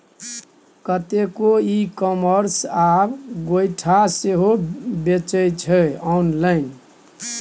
कतेको e commerce आब गोयठा सेहो बेचै छै आँनलाइन